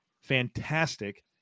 fantastic